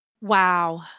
Wow